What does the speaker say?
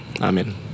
amen